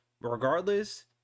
Regardless